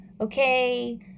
Okay